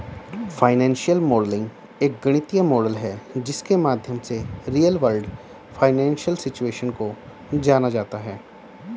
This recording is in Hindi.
फाइनेंशियल मॉडलिंग एक गणितीय मॉडल है जिसके माध्यम से रियल वर्ल्ड फाइनेंशियल सिचुएशन को जाना जाता है